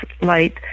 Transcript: light